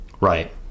Right